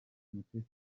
mutesi